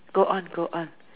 go on go on